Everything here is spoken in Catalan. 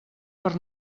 per